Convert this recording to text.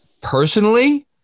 Personally